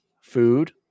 food